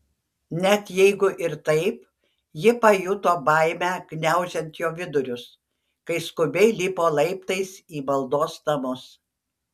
net jeigu ir taip ji pajuto baimę gniaužiant jo vidurius kai skubiai lipo laiptais į maldos namus